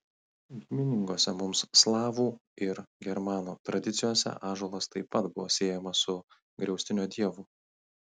giminingose mums slavų ir germanų tradicijose ąžuolas taip pat buvo siejamas su griaustinio dievu